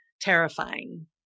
terrifying